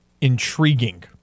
intriguing